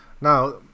Now